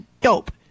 dope